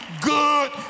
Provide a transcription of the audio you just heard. good